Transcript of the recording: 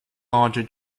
larger